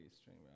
string